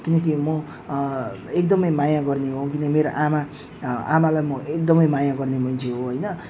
किनकि म एकदम माया गर्ने हो किनकि मेरो आमा आमालाई म एकदम माया गर्ने मान्छे हो होइन